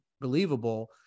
believable